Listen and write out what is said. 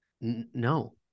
No